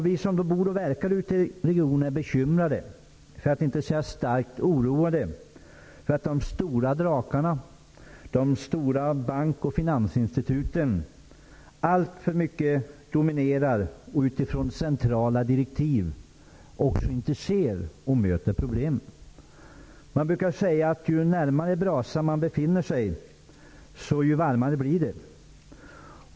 Vi som bor och verkar ute i regionerna är bekymrade, för att inte säga starkt oroade, för att de stora drakarna -- de stora bank och finansinstituten -- alltför mycket dominerar och utifrån centrala direktiv inte ser och möter problemen. Man brukar säga att ju närmare brasan man befinner sig, ju varmare blir det.